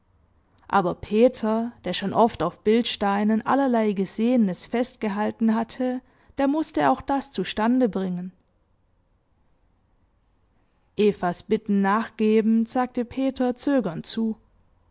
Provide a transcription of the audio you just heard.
aber peter der schon oft auf bildsteinen allerlei gesehenes festgehalten hatte der mußte auch das zustande bringen evas bitten nachgebend sagte peter zögernd zu